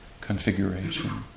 configuration